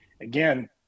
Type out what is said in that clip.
again